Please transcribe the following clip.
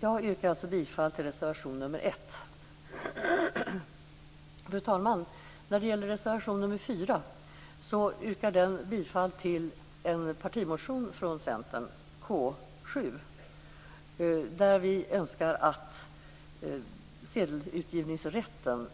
Jag yrkar bifall till reservation nr 1. Fru talman! I reservation nr 4 yrkas bifall till en partimotion från Centern, K7. Där önskar vi att sedelutgivningsrätten